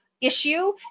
issue